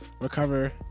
recover